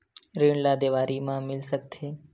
ऋण ला देवारी मा मिल सकत हे